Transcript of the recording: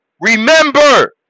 Remember